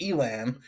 Elam